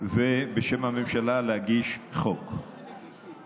ולהגיש חוק בשם הממשלה.